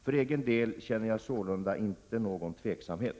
För egen del känner jag sålunda inte någon tveksamhet.